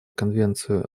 конвенцию